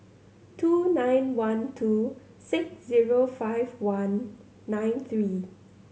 two nine one two six zero five one nine three